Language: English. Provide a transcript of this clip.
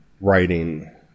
writing